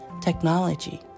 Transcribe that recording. technology